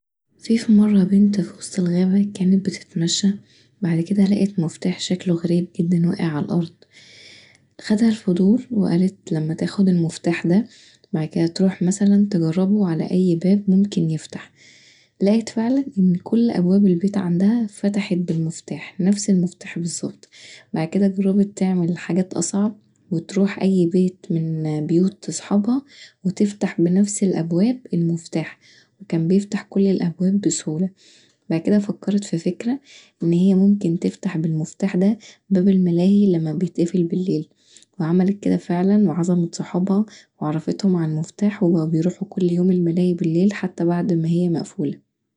فيه فمره في وسط الغابة بنت كانت بتتمشي وبعد كدا لقت مفتاح شكله غريب جدا واقع علي الأرض خدها الفضول وقالت لما تاخد المفتاح دا وبعد كدا تروح مثلا تجربه علي اي باب ممكن يفتح، لقت فعلا كل ابواب البيت عندها فتحت بالمفتاح نفس المفتاح بالظبط، بعد كدا جربت تعمل حاجات اصعب وتروح اي بيت من بيوت اصحابها وتفتح بنفس الأبواب المفتاح وكان بيفتح كل الأبواب بسهوله، بعد كدا فكرت في فكره ان هي ممكن تفتح بالمفتاح دا باب الملاهي لما بيتقفل بليل وعملت كدا فعلا وعزمت صحابها وعرفتهم علي المفتاح وبقوا بيروحوا كل يوم الملاهي بليل حتي بعد ما هي مقفوله.